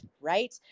right